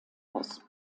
aus